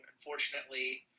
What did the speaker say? unfortunately